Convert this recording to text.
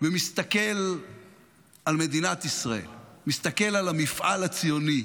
ומסתכל על מדינת ישראל, מסתכל על המפעל הציוני,